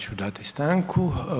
ću dati stanku.